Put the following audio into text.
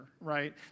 right